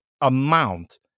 amount